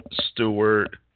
Stewart